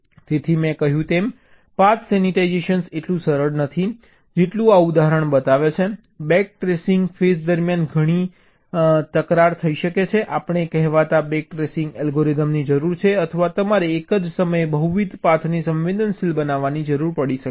તેથી મેં કહ્યું તેમ પાથ સેન્સિટાઇઝેશન એટલું સરળ નથી જેટલું આ ઉદાહરણ બતાવે છે બેક ટ્રેસિંગ ફેઝ દરમિયાન ઘણી તકરાર થઈ શકે છે આપણે કહેવાતા બેક ટ્રેકિંગ અલ્ગોરિધમની જરૂર છે અથવા તમારે એક જ સમયે બહુવિધ પાથને સંવેદનશીલ બનાવવાની જરૂર પડી શકે છે